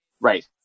Right